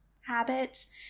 habits